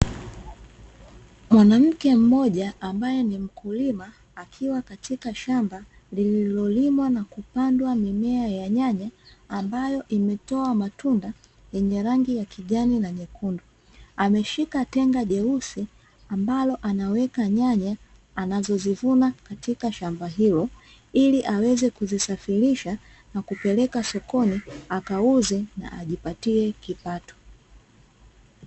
Mwanamke mmoja ambaye ni mkulima akiwa katika shamba lililolimwa na kupandwa mimea ya nyanya, ambayo imetoa matunda yenye rangi ya kijani na nyekundu. Ameshika tenga jeusi ambalo anaweka nyanya anazozivuna katika shamba hilo, ili aweze kuzisafirisha na kupeleka sokoni akauze na ajipatie kipato.